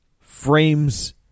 frames